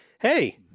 Hey